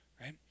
Right